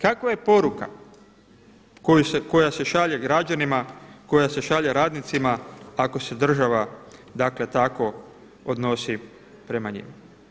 Kakva je poruka koja se šalje građanima, koja se šalje radnicima ako se država dakle tako odnosi prema njima?